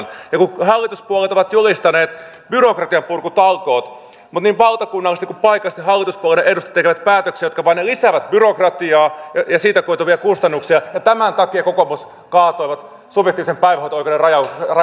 ja vaikka hallituspuolueet ovat julistaneet byrokratian purkutalkoot niin valtakunnallisesti kuin paikallisesti hallituspuolueiden edustajat tekevät päätöksiä jotka vain lisäävät byrokratiaa ja siitä koituvia kustannuksia ja tämän takia kaadettiin subjektiivisen päivähoito oikeuden rajaus helsingissä